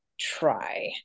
try